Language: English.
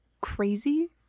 crazy